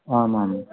आम् आम्